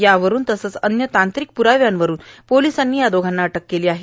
यावरुन तसेच अन्य तांत्रिक प्राव्यांवरुन पोलिसांनी दोघांना अटक केली आहे